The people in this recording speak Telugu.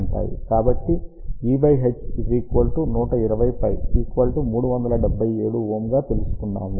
కాబట్టి E H 120 π 377 Ω గా తెలుసుకున్నాము